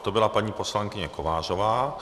To byla paní poslankyně Kovářová.